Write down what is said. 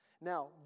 Now